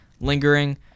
lingering